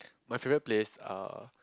my favourite place uh